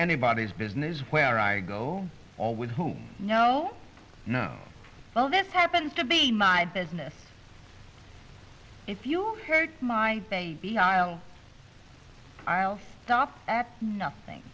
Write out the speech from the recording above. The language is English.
anybody's business where i go all with whom no no no this happens to be my business if you hurt my baby i'll i'll stop at nothing